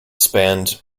spanned